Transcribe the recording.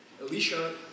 Alicia